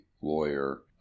lawyer